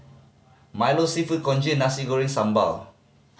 milo Seafood Congee Nasi Goreng Sambal